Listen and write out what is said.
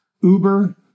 Uber